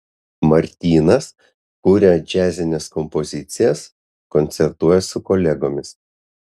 martynas kuria džiazines kompozicijas koncertuoja su kolegomis